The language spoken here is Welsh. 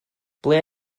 ble